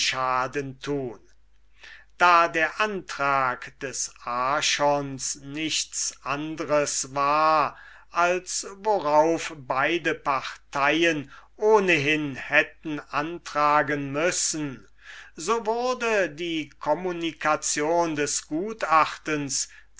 schaden tun da der antrag des archons nichts anders war als worauf beide parteien ohnehin hatten antragen müssen so wurde die communication des gutachtens